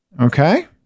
Okay